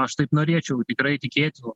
aš taip norėčiau tikrai tikėtų